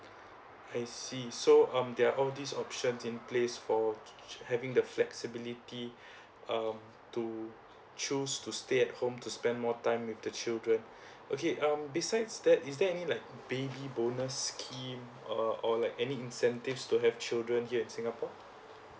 I see so um they're all these options in place for having the flexibility um to choose to stay at home to spend more time with the children okay um besides that is there any like baby bonus scheme uh or like any incentives to have children here in singapore